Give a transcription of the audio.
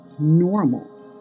normal